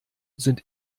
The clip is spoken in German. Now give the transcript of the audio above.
sind